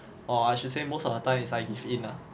or I should say most of the time is I give in ah